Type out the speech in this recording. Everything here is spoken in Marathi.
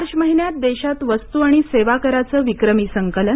मार्च महिन्यात देशात वस्तू आणि सेवा कराचं विक्रमी संकलन